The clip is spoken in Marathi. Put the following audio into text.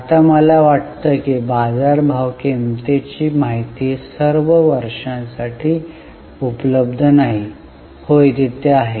आता मला वाटतं की बाजारभाव किंमतीची माहिती सर्व वर्षांसाठी उपलब्ध नाही होय तिथे आहे